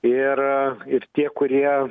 ir ir tie kurie